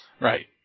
Right